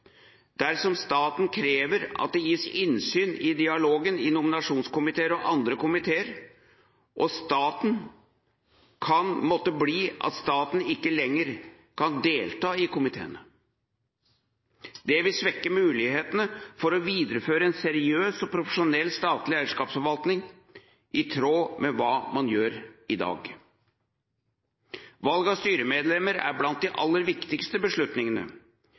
dersom staten krever at det gis innsyn i dialogen mellom nominasjonskomiteer og andre komiteer og staten, kan måtte bli at staten ikke lenger kan delta i komiteene. Det vil svekke mulighetene for å videreføre en seriøs og profesjonell statlig eierskapsforvaltning, i tråd med hva man gjør i dag. Valget av styremedlemmer er blant de aller viktigste beslutningene